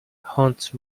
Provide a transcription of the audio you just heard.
haunts